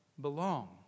belong